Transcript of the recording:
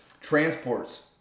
transports